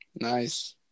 Nice